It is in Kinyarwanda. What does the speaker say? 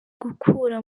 gukura